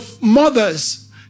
mothers